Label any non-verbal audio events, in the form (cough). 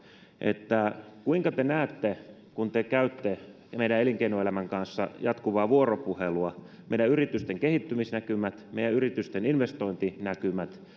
kuinka te näette kun te käytte meidän elinkeinoelämän kanssa jatkuvaa vuoropuhelua meidän yritysten kehittymisnäkymät meidän yritysten investointinäkymät (unintelligible)